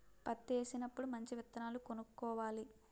పత్తేసినప్పుడు మంచి విత్తనాలు కొనుక్కోవాలి